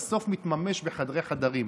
בסוף מתממש בחדרי-חדרים.